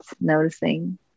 noticing